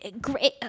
great